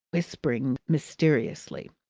whispering mysteriously,